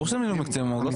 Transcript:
יש